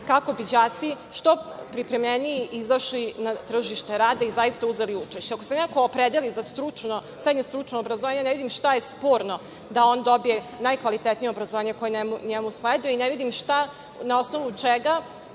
kako bi đaci što pripremljeniji izašli na tržište rada i zaista uzeli učešća. Ako se neko opredeli za srednje stručno obrazovanje, ne vidim šta je sporno da on dobije najkvalitetnije obrazovanje koje njemu sleduje i ne vidim na osnovu čega